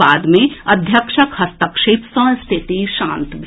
बाद मे अध्यक्षक हस्तक्षेप सँ स्थिति शांत भेल